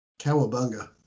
Cowabunga